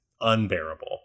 unbearable